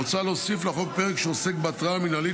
מוצע להוסיף לחוק פרק שעוסק בהתראה מינהלית